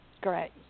Great